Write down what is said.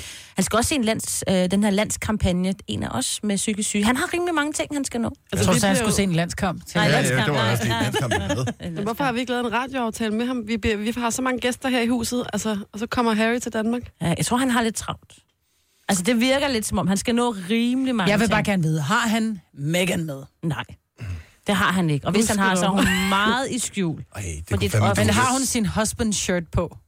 Han skal også se en lands- øh, den her landskampagne. En af os med psykisk syge. Han har rimelig mange ting, han skal nå. Altså, Jeg tror vi så, at han bliver jo- skulle se en landskamp. Nej, Ja, ja, ja, landskamp, det var nej, jo også en nej. landskamp. En Men hvorfor landskamp. har vi ikke lavet en radioaftale med ham? Vi bliver- vi har så mange gæster her i huset, altså, og så kommer Harry til Danmark. Ja, jeg tror, han har lidt travlt. Altså, det virker lidt som om, han skal nå rimelig mange Jeg vil ting. bare gerne vide, har han Meghan med? Nej. Det har han ikke. Og hvis han har, Husker du? så er hun meget i skjul. Ej, det Fordi kunne det er fandme- et offentligt- Men har hun sin husband's shirt på?